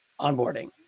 onboarding